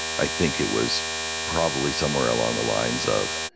i think it was probably somewhere along the lines of